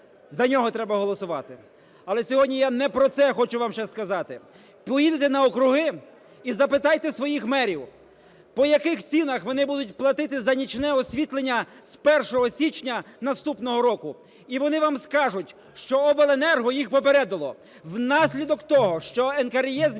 За нього треба голосувати. Але сьогодні я не про це хочу вам зараз сказати. Поїдете на округи і запитайте своїх мерів, по яких стінах вони будуть платити за нічне освітлення з 1 січня наступного року. І вони вам скажуть, що обленерго їх попередило: внаслідок того, що НКРЕ змінило